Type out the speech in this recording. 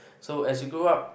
so as you grow up